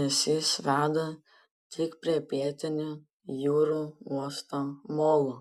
nes jis veda tik prie pietinio jūrų uosto molo